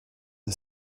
the